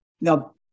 now